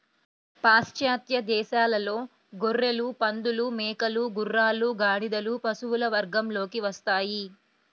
పాశ్చాత్య దేశాలలో గొర్రెలు, పందులు, మేకలు, గుర్రాలు, గాడిదలు పశువుల వర్గంలోకి వస్తాయి